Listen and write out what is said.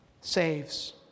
saves